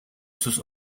sus